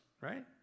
right